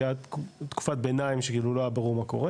כי הייתה תקופת ביניים שכאילו לא היה ברור מה קורה